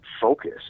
focus